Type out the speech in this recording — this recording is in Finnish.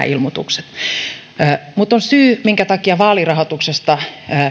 ilmoitukset olisi oikeita mutta on syy minkä takia vaalirahoituksesta